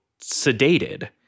sedated